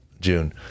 June